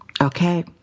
Okay